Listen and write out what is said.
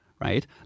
Right